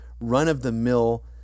run-of-the-mill